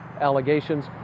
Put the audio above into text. allegations